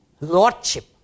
lordship